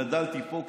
גדלתי פה.